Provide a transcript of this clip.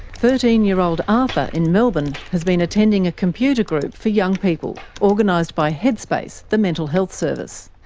thirteen-year-old arthur in melbourne has been attending a computer group for young people organised by headspace, the mental health service.